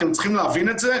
אתם צריכים להבין את זה,